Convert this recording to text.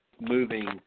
moving